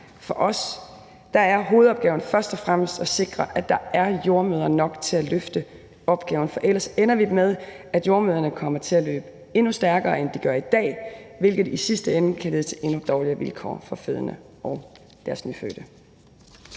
For os er hovedopgaven først og fremmest at sikre, at der er jordemødre nok til at løfte opgaven, for ellers ender vi med, at jordemødrene kommer til at løbe endnu stærkere, end de gør i dag, hvilket i sidste ende kan lede til endnu dårligere vilkår for fødende og deres nyfødte.